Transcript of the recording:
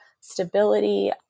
stability